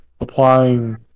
applying